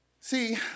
See